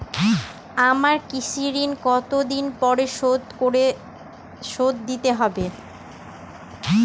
আমার কৃষিঋণ কতদিন পরে শোধ দিতে হবে?